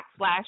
backslash